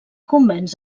convenç